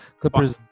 Clippers